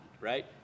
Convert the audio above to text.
right